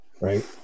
right